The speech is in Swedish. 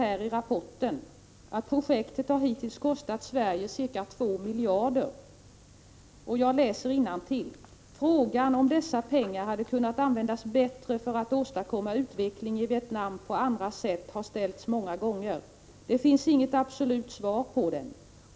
1985/86:117 ”Projektet har hittills kostat Sverige ca två miljarder kronor. ——— Frågan 16 april 1986 om dessa pengar hade kunnat användas bättre för att åstadkomma utveckling Sv 2 x a 2 a Internationellt i Vietnam på andra sätt har ställts många gånger. Det finns inget absolut svar kli på den.